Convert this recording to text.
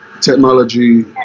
technology